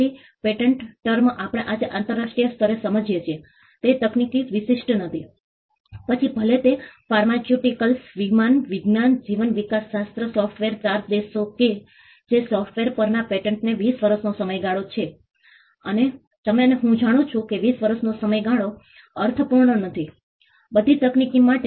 તેથી patents term આપણે આજે આંતરરાષ્ટ્રીય સ્તરે સમજીએ છીએ તે તકનીકી વિશિષ્ટ નથી પછી ભલે તે ફાર્માસ્યુટિકલ્સ વિમાનવિજ્ઞાન જીવવિકાસશાસ્ત્ર સોફ્ટવેર 4 દેશો કે જે સોફ્ટવેર પરના પેટન્ટ્સ તે 20 વર્ષનો સમયગાળો છે અને તમે અને હું જાણું છું કે 20 વર્ષનો સમયગાળો અર્થપૂર્ણ નથી બધી તકનીકી માટે